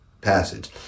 passage